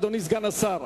אדוני סגן השר,